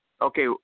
okay